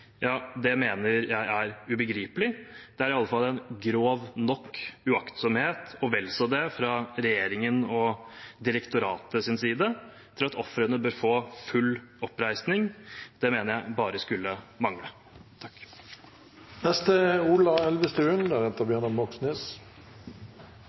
uaktsomhet, og vel så det, fra regjeringen og direktoratets side til at ofrene bør få full oppreisning. Det mener jeg skulle bare mangle.